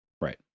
right